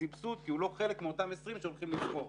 הסבסוד כי הוא לא חלק מאותם 20 שעומדים לבחור.